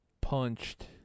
punched